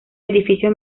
edificios